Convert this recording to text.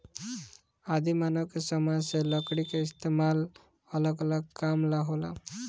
आदि मानव के समय से लकड़ी के इस्तेमाल अलग अलग काम ला होला